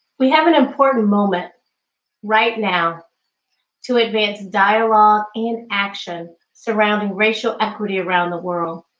we have an important moment right now to advance dialogue and action surrounding racial equity around the world.